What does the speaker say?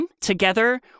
together